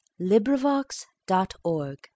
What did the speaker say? LibriVox.org